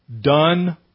Done